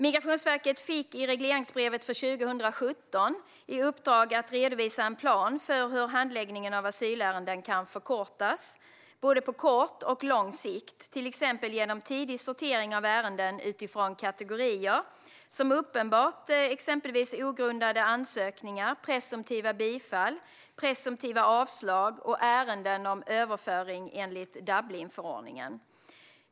Migrationsverket fick i regleringsbrevet för 2017 i uppdrag att redovisa en plan för hur handläggningen av asylärenden kan förkortas både på kort och på lång sikt, till exempel genom tidig sortering av ärenden utifrån kategorier, som uppenbart ogrundade ansökningar, presumtiva bifall, presumtiva avslag och ärenden om överföring enligt Dublinförordningen.